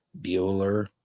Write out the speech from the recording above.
Bueller